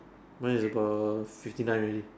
mine is about fifty nine already